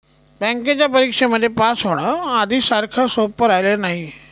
बँकेच्या परीक्षेमध्ये पास होण, आधी सारखं सोपं राहिलेलं नाही